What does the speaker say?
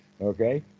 Okay